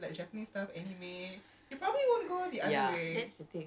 macam daripada mana eh tiba-tiba kan